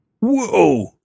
Whoa